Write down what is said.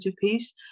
piece